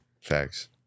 Facts